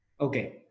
Okay